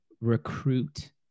recruit